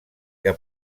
que